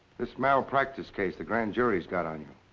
this malpractice case the grand jury's got on you.